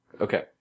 Okay